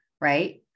Right